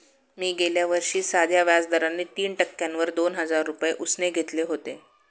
मी गेल्या वर्षी साध्या व्याज दराने तीन टक्क्यांवर दोन हजार रुपये उसने घेतले होते